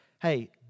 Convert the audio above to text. hey